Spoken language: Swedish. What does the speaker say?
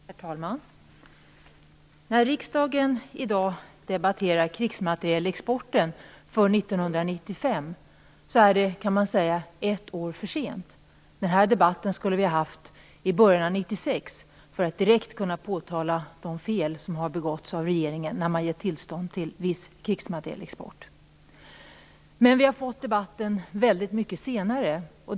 Herr talman! När riksdagen i dag debatterar krigsmaterielexporten för 1995 kan man säga att det är ett år för sent. Den här debatten skulle vi ha haft i början av 1996 för att direkt kunna påtala de fel som har begåtts av regeringen när den gett tillstånd till viss krigsmaterielexport. Men vi har fått debatten väldigt mycket senare.